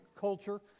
culture